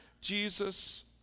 Jesus